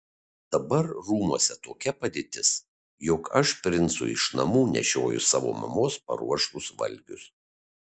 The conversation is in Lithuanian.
dabar rūmuose tokia padėtis jog aš princui iš namų nešioju savo mamos paruoštus valgius